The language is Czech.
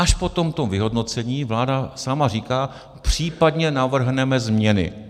Až po tomto vyhodnocení vláda sama říká: případně navrhneme změny.